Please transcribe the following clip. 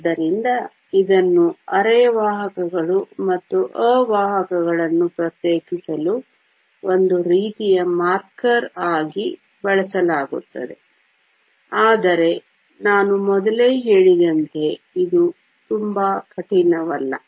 ಆದ್ದರಿಂದ ಇದನ್ನು ಅರೆವಾಹಕಗಳು ಮತ್ತು ಅವಾಹಕಗಳನ್ನು ಪ್ರತ್ಯೇಕಿಸಲು ಒಂದು ರೀತಿಯ ಮಾರ್ಕರ್ ಆಗಿ ಬಳಸಲಾಗುತ್ತದೆ ಆದರೆ ನಾನು ಮೊದಲೇ ಹೇಳಿದಂತೆ ಇದು ತುಂಬಾ ಕಠಿಣವಲ್ಲ